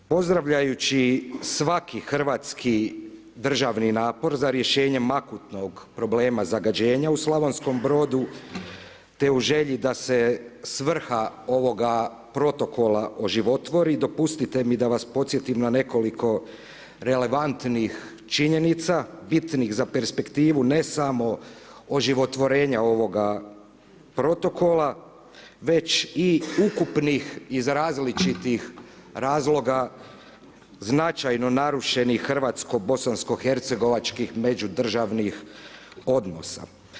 Pozdravljajući svaki hrvatski državni napor za rješenje akutnog problema zagađenja u Slavonskom Brodu, te u želji da se svrha ovoga protokola oživotvori, dopustite mi da vas podsjetim na nekoliko relevantnih činjenica bitnih za perspektivu ne samo oživotvorenja ovoga protokola već i ukupnih iz različitih razloga značajno narušenih hrvatsko bosansko hercegovačkih međudržavnih odnosa.